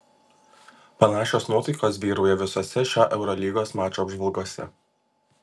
panašios nuotaikos vyrauja visose šio eurolygos mačo apžvalgose